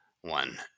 one